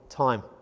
time